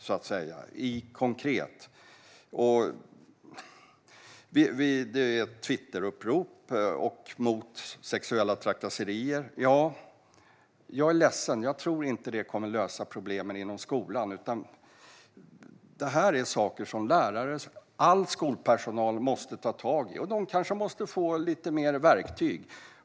Det görs Twitterupprop mot sexuella trakasserier. Jag är ledsen, men jag tror inte att det kommer att lösa problemen inom skolan. Detta är saker som lärare och all skolpersonal måste ta tag i, och de måste kanske få lite mer verktyg.